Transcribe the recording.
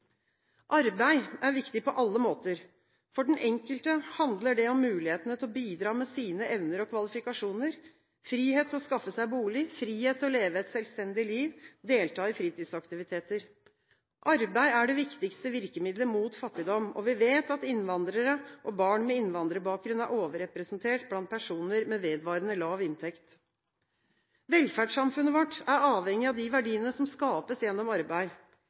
Arbeid er viktig på alle måter. For den enkelte handler det om mulighetene til å bidra med sine evner og kvalifikasjoner, frihet til å skaffe seg bolig, frihet til å leve et selvstendig liv, delta i fritidsaktiviteter. Arbeid er det viktigste virkemidlet mot fattigdom. Vi vet at innvandrere og barn med innvandrerbakgrunn er overrepresentert blant personer med vedvarende lav inntekt. Velferdssamfunnet vårt er avhengig av de verdiene som skapes gjennom arbeid.